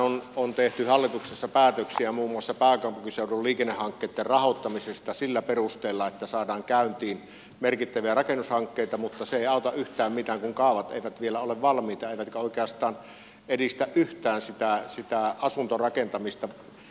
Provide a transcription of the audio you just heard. täällähän on tehty hallituksessa päätöksiä muun muassa pääkaupunkiseudun liikennehankkeitten rahoittamisesta sillä perusteella että saadaan käyntiin merkittäviä rakennushankkeita mutta se ei auta yhtään mitään kun kaavat eivät vielä ole valmiita eivätkä oikeastaan edistä yhtään sitä asuntorakentamista